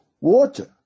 water